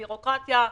בירוקרטיה,